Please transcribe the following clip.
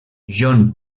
john